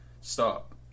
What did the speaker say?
stop